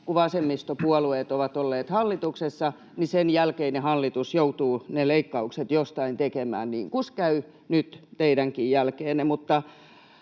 kun vasemmistopuolueet ovat olleet hallituksessa, sen jälkeinen hallitus joutuu ne leikkaukset jostain tekemään, niin kuin käy nyt teidänkin jälkeenne.